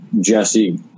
Jesse